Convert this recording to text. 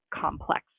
complex